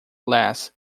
less